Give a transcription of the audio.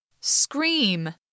Scream